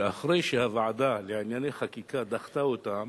שאחרי שהוועדה לענייני חקיקה דחתה אותן,